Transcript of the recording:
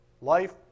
Life